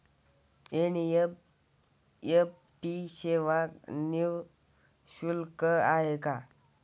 NEFT सेवा निःशुल्क आहे का?